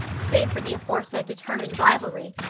save for the aforesaid determined rivalry,